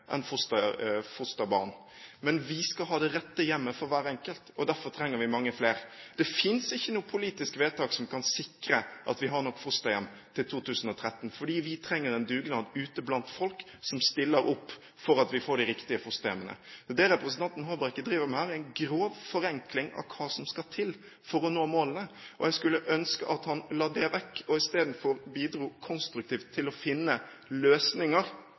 fosterbarn, men vi skal ha det rette hjemmet for hver enkelt. Derfor trenger vi mange flere. Det finnes ikke noe politisk vedtak som kan sikre at vi har nok fosterhjem til 2013, for vi trenger en dugnad ute blant folk som stiller opp for at vi får de riktige fosterhjemmene. Det representanten Håbrekke driver med her, er en grov forenkling av hva som skal til for å nå målene, og jeg skulle ønske at han la det vekk og isteden bidro konstruktivt for å finne løsninger